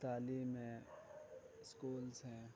تعلیم ہے اسکولس ہیں